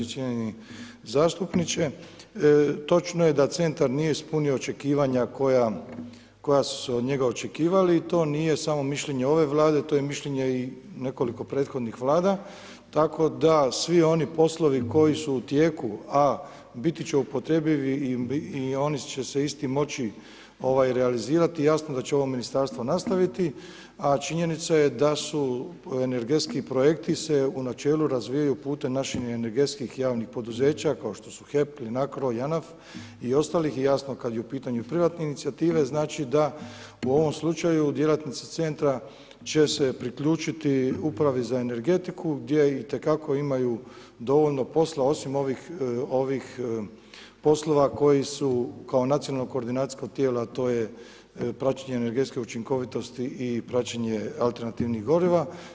Cijenjeni zastupniče, točno je da centar nije ispunio očekivanja koja su od njega očekivali, to nije samo mišljenje ove Vlade, to je mišljenje i nekoliko prethodnih Vlada, tako da svi oni poslovi koji su u tijeku a biti će upotrijebivi i oni će se isti moći realizirati, jasno da će ovo ministarstvo nastaviti, a činjenica je da se energetski projekti u načelu razvijaju putem naših energetskih javnih poduzeća kao što su HEP, Plinacro, Janaf i ostali i jasno kad je u pitanju privatne inicijative, znači da u ovom slučaju djelatnici centra će se priključiti upravi za energetiku gdje itekako imaju dovoljno posla osim ovih poslova koji su kao nacionalno koordinacijsko tijelo a to je praćenje energetske učinkovitosti i praćenje alternativnih goriva.